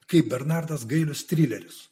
kaip bernardas gailius trilerius